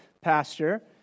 pastor